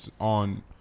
on